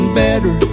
better